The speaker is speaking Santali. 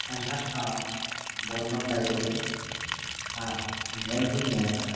ᱥᱟᱸᱜᱷᱟᱨ ᱴᱷᱟᱶ ᱵᱚᱨᱱᱚᱱ ᱫᱟᱲᱮᱭᱟᱜᱼᱟᱧ ᱟᱨ ᱧᱮᱞ ᱦᱚᱹᱧ ᱧᱮᱞ ᱟᱠᱟᱫᱟ